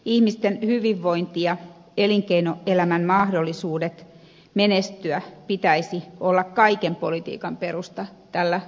ihmisten hyvinvoinnin ja elinkeinoelämän mahdollisuuksien menestyä pitäisi olla kaiken politiikan perusta tällä alueella